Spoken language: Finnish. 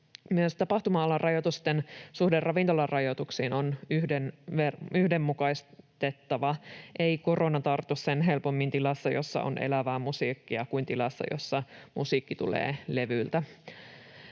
Myös tapahtuma-alarajoitusten suhde ravintolarajoituksiin on yhdenmukaistettava. Ei korona tartu sen helpommin tilassa, jossa on elävää musiikkia, kuin tilassa, jossa musiikki tulee levyltä.